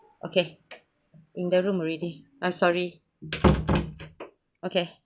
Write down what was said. okay in the room already uh sorry okay